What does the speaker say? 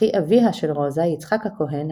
אחי אביה של רוזה – יצחק הכהן,